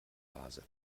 vase